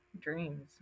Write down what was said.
dreams